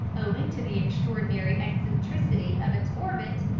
owing to the extraordinary eccentricity of its orbit,